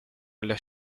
alla